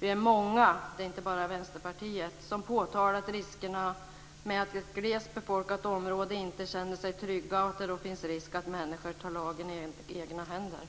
Vi är många, inte bara Vänsterpartiet, som påtalat riskerna med att människor i glest befolkade områden inte känner sig trygga och att det finns risk att människor tar lagen i egna händer.